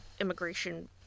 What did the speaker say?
immigration